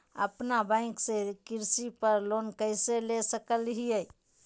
अपना बैंक से कृषि पर लोन कैसे ले सकअ हियई?